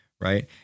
Right